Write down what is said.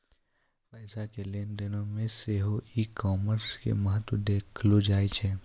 पैसा के लेन देनो मे सेहो ई कामर्स के महत्त्व देलो जाय छै